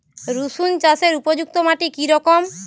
রুসুন চাষের উপযুক্ত মাটি কি রকম?